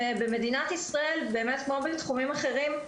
מדינת ישראל, כמו בתחומים אחרים,